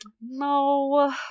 no